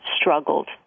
struggled